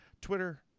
Twitter